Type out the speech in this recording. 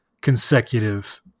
consecutive